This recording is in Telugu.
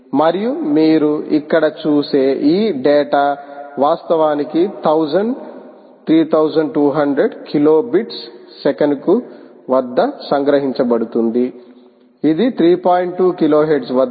మరియు మీరు ఇక్కడ చూసే ఈ డేటా వాస్తవానికి 1000 3200 కిలోబిట్ల సెకనుకు వద్ద సంగ్రహించ బడుతుందిఇది 3